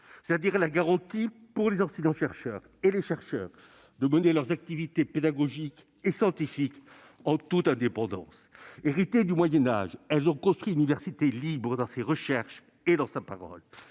c'est-à-dire la garantie pour les enseignants-chercheurs et les chercheurs de mener leurs activités pédagogiques et scientifiques en toute indépendance. Héritées du Moyen Âge, ces libertés ont construit une université libre dans ses recherches et dans sa parole.